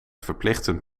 verplichten